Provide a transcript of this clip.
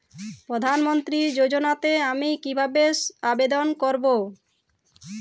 প্রধান মন্ত্রী যোজনাতে আমি কিভাবে আবেদন করবো?